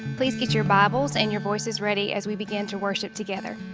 please get your bibles and your voices ready as we begin to worship together.